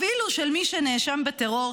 אפילו של מי שנאשם בטרור,